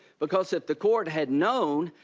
because if the court had known,